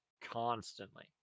constantly